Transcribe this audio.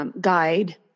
guide